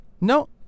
No